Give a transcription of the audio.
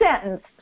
sentence